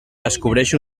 descobreix